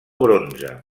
bronze